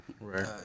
Right